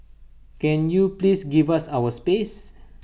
can you please give us our space